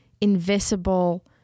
invisible